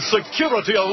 Security